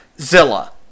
zilla